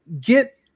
get